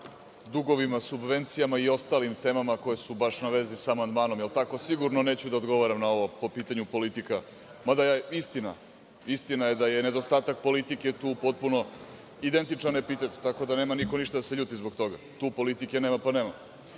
dugovima, subvencijama i ostalim temama koje su baš u vezi sa amandmanom, a sigurno neću da odgovaram na ovo. Mada, istina je da je nedostatak politike tu potpuno identičan epitet, tako da nema niko ništa da se ljuti zbog toga, tu politike nema pa nema. Što